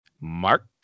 Mark